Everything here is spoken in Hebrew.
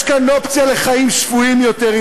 יש כאן אופציה לחיים שפויים יותר,